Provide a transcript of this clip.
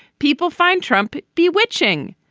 people find trump bewitching